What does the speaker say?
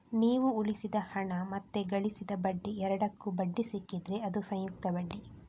ನೀವು ಉಳಿಸಿದ ಹಣ ಮತ್ತೆ ಗಳಿಸಿದ ಬಡ್ಡಿ ಎರಡಕ್ಕೂ ಬಡ್ಡಿ ಸಿಕ್ಕಿದ್ರೆ ಅದು ಸಂಯುಕ್ತ ಬಡ್ಡಿ